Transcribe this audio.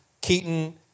Keaton